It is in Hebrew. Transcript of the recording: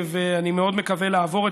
ואני מאוד מקווה לעבור את,